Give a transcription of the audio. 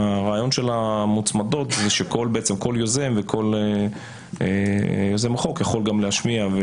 הרעיון של מוצמדות שכל יוזם חוק יכול גם להשמיע.